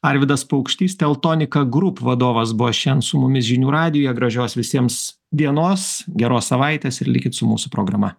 arvydas paukštys teltonika grup vadovas buvo šen su mumis žinių radijuje gražios visiems dienos geros savaitės ir likit su mūsų programa